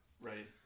Right